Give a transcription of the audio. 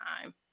time